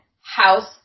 house